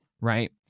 right